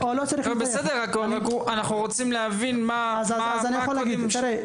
בסדר, אנחנו רוצים להבין מה הם הקודים שמגבילים.